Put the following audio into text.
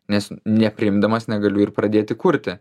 nes nepriimdamas negaliu ir pradėti kurti